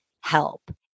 help